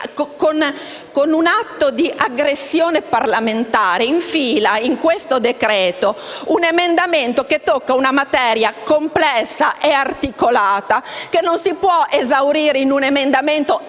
con un atto di aggressione parlamentare, infila in questo decreto un emendamento che tocca una materia complessa e articolata, che non può esaurirsi in una modifica estranea